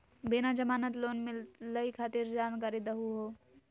बिना जमानत लोन मिलई खातिर जानकारी दहु हो?